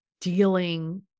dealing